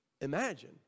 imagine